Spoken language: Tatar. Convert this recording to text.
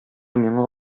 миңа